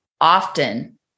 often